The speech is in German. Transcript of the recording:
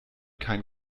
kein